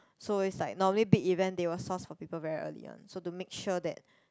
so is like normally big event they will source for people very early one so to make sure that